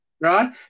right